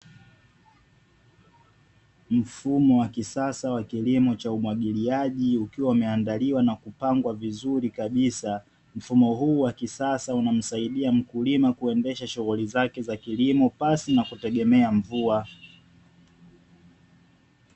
Mfumo wa kisasa wa kilimo cha umwagiliaji ukiwa umeaandaliwa na kupangwa vizuri kabisa. Mfumo huu wa kisasa unamsaidia mkulima kuendesha shughuli zake za kilimo pasi na kutegemea mvua.